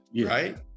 Right